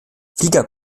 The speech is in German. flieger